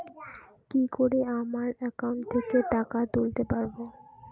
কি করে আমার একাউন্ট থেকে টাকা তুলতে পারব?